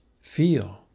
feel